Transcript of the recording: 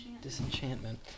Disenchantment